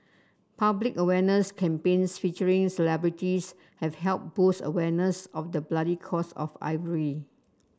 public awareness campaigns featuring celebrities have helped boost awareness of the bloody cost of ivory